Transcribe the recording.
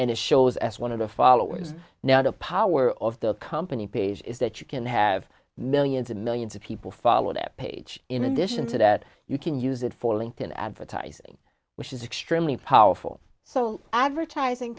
and it shows as one of the followers now the power of the company page is that you can have millions and millions of people follow that page in addition to that you can use it for linked in advertising which is extremely powerful so advertising